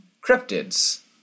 cryptids